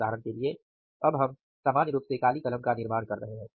उदाहरण के लिए अब हम सामान्य रूप से काली कलम का निर्माण कर रहे हैं